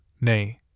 nay